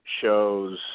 shows